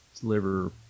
Deliver